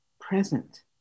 present